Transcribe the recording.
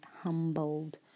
humbled